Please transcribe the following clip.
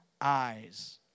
eyes